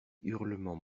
hurlements